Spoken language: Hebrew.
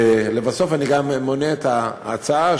לבסוף אני גם מונה את ההצעה,